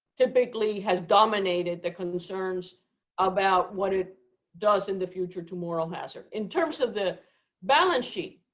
typically has dominated the concerns about what it does in the future to moral hazard. in terms of the balance sheet,